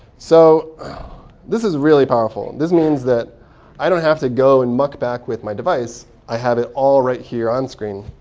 so this is really powerful. this means that i don't have to go and muck back with my device. i have it all right here on screen.